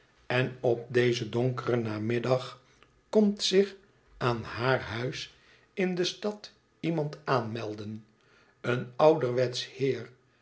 en op dezen donkeren namiddag komt zich aan haar huis in de stad iemand aanmelden een ouderwetsch heer